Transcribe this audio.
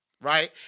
right